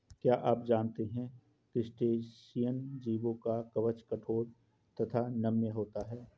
क्या आप जानते है क्रस्टेशियन जीवों का कवच कठोर तथा नम्य होता है?